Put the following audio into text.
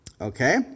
Okay